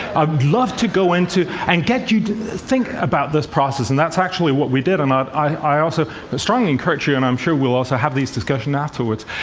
i'd love to go into, and get you to think about this process, and that's actually what we did. and i also strongly encourage you, and i'm sure we'll also have these discussions afterwards,